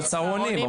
אז לצהרונים,